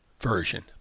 version